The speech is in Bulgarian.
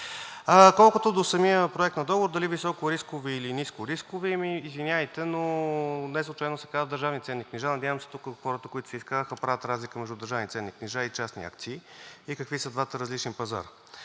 Колкото до самия проект на договор, дали високорискови или нискорискови? Извинявайте, но неслучайно се казва държавни ценни книжа. Надявам се тук хората, които се изказаха, правят разлика между държавни ценни книжа и частни акции и какви са двата различни пазара,